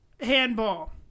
handball